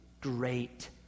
great